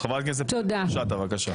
חברת הכנסת שטה, בבקשה.